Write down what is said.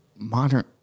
modern